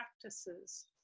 practices